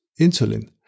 insulin